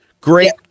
Great